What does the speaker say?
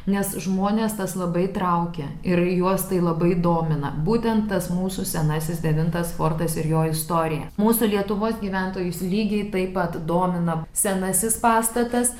nes žmones tas labai traukia ir juos tai labai domina būtent tas mūsų senasis devintas fortas ir jo istorija mūsų lietuvos gyventojus lygiai taip pat domina senasis pastatas